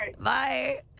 Bye